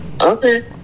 okay